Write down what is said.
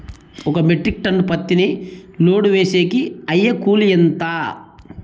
ఒక metric tonne పత్తిని load వేసేకి అయ్యే కూలి ఎంత?